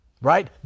right